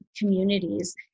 communities